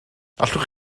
allwch